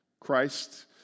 Christ